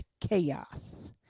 chaos